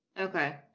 Okay